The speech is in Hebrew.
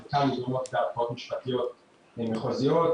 --- בערכאות משפטיות מחוזיות,